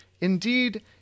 Indeed